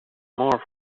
more